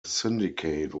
syndicate